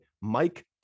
Mike